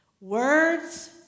Words